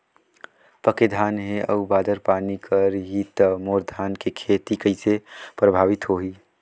पके धान हे अउ बादर पानी करही त मोर धान के खेती कइसे प्रभावित होही?